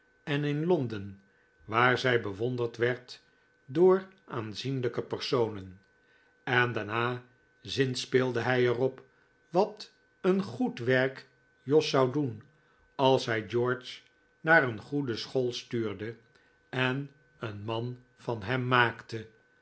en in londen waar zij bewonderd werd door aanzienlijke personen en daarna zinspeelde hij er op wat een goed werk jos zou doen als hij george naar een goede school stuurde en een man van hem maakte